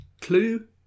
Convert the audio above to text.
Clue